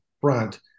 front